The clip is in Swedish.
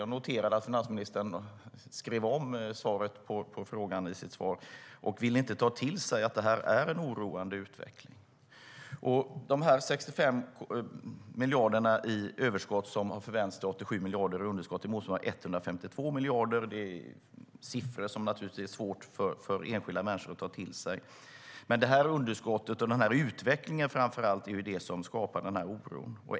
Jag noterade att finansministern skrev om svaret på frågan i sitt svar och inte vill ta till sig att detta är en oroande utveckling. De 65 miljarder i överskott som har förvandlats till 87 miljarder i underskott motsvarar 152 miljarder. Det är siffror som det naturligtvis är svårt för enskilda människor att ta till sig. Det är dock underskottet och framför allt utvecklingen som skapar oron.